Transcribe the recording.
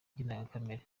bw’indengakamere